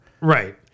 Right